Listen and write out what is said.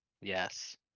Yes